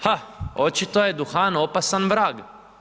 Ha, očito je duhan opasan vrag.